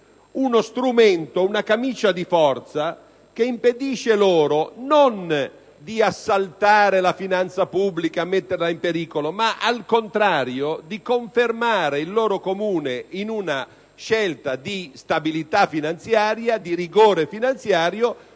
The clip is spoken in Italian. uno strumento e una camicia di forza che impedisce loro non di assaltare la finanza pubblica e di metterla in pericolo ma, al contrario, di confermare il loro Comune in una scelta di stabilità e rigore finanziari,